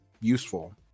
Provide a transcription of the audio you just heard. useful